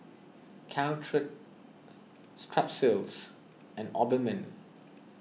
Caltrate Strepsils and Obimin